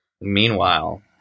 Meanwhile